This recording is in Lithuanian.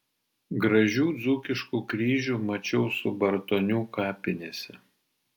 gražių dzūkiškų kryžių mačiau subartonių kapinėse